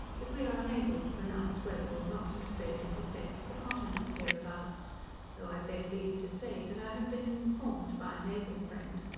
that we are unable to pronounce whether, or not, a streight intersects the continent hereabouts though i beg leave to say, that i have been informed by a naval friend,